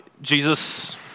Jesus